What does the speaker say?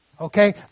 Okay